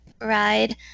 ride